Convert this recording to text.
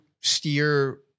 steer